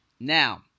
Now